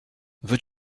veux